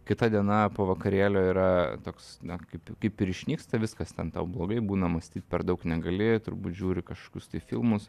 kita diena po vakarėlio yra toks na kaip kaip ir išnyksta viskas ten tau blogai būna mąstyt per daug negali turbūt žiūri kaškius tai filmus